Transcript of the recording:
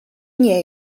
nie